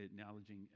acknowledging